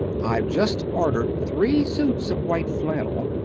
i've just ordered three suits of white flannel,